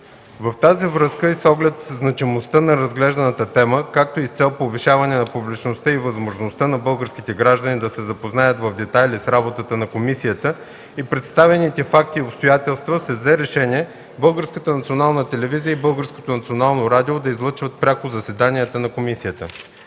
В тази връзка и с оглед значимостта на разглежданата тема, както и с цел повишаване на публичността и възможността на българските граждани да се запознаят в детайли с работата на комисията, с представените факти и обстоятелства се взе решение Българската национална